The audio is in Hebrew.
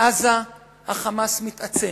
בעזה ה"חמאס" מתעצם,